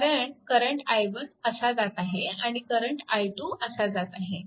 कारण current i1 असा जात आहे आणि करंट i२ असा जात आहे